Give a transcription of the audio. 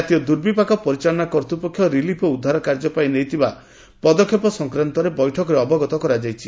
ଜାତୀୟ ଦୁର୍ବିପାକ ପରିଚାଳନା କର୍ତ୍ତୃପକ୍ଷ ରିଲିଫ୍ ଓ ଉଦ୍ଧାର କାର୍ଯ୍ୟ ପାଇଁ ନେଇଥିବା ପଦକ୍ଷେପ ସଂକ୍ରାନ୍ତରେ ବୈଠକରେ ଅବଗତ କରାଇଛି